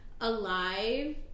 Alive